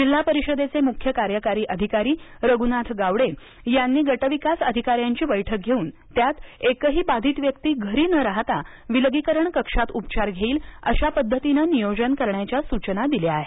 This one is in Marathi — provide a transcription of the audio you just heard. जिल्हा परिषदेचे मुख्य कार्यकारी अधिकारी रघुनाथ गावडे यांनी गटविकास अधिकाऱ्यांची बैठक घेऊन त्यात एकही बाधित व्यक्ती घरी न राहता विलगीकरण कक्षात उपचार घेईल अशा पद्धतीने नियोजन करण्याच्या सूचना दिल्या आहेत